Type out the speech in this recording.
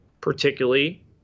particularly